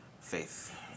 faith